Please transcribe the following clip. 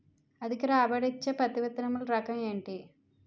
అధిక రాబడి ఇచ్చే పత్తి విత్తనములు రకం ఏంటి?